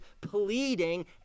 pleading